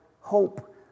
hope